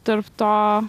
tarp to